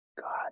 God